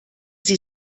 sie